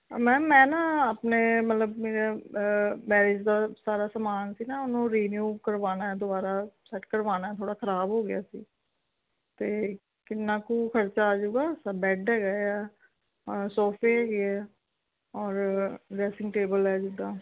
ਅ ma'am ਮੈਂ ਨਾ ਆਪਣੇ ਮਤਲਬ ਮੇਰੇ ਮੈਰਿਜ ਦਾ ਸਾਰਾ ਸਮਾਨ ਸੀ ਨਾ ਉਹਨੂੰ ਰੀਨਿਊ ਕਰਵਾਉਣਾ ਹੈ ਦੁਬਾਰਾ ਸੈੱਟ ਕਰਵਾਉਣਾ ਥੋੜ੍ਹਾ ਖ਼ਰਾਬ ਹੋ ਗਿਆ ਸੀ ਅਤੇ ਕਿੰਨਾ ਕੁ ਖ਼ਰਚਾ ਆ ਜੂਗਾ ਬੈੱਡ ਹੈਗਾ ਇਆ ਸੋਫ਼ੇ ਹੈਗੇ ਆ ਔਰ ਡਰੈਸਿੰਗ ਟੇਬਲ ਹੈ ਜਿੱਦਾਂ